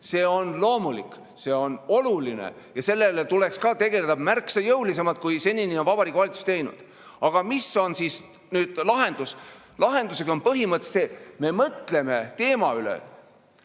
See on loomulik, see on oluline ja sellega tuleks tegeleda märksa jõulisemalt, kui seni on Vabariigi Valitsus teinud. Aga mis on siis nüüd lahendus? Lahendusega on põhimõtteliselt nii, et me mõtleme teema üle,